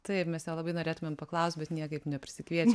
taip mes jo labai norėtumėm paklaust bet niekaip neprisikviečia